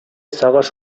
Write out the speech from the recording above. сагыш